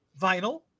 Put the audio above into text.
vinyl